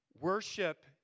Worship